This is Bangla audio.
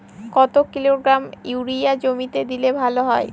কত কিলোগ্রাম ইউরিয়া জমিতে দিলে ভালো হয়?